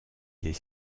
des